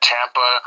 Tampa